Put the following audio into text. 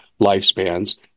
lifespans